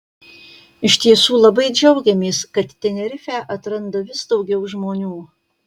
iš tiesų labai džiaugiamės kad tenerifę atranda vis daugiau žmonių